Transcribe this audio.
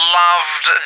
loved